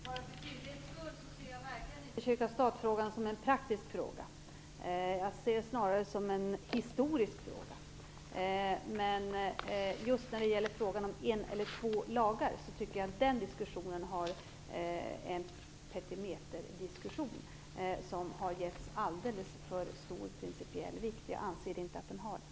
Fru talman! För tydlighetens skull skall jag säga att jag verkligen inte ser kyrka-stat-frågan som en praktisk fråga. Jag ser den snarare som en historisk fråga. Men just när det gäller frågan om en eller två lagar, tycker jag att det är en petimäterdiskussion som har getts alldeles för stor principiell vikt. Jag anser inte att den har det.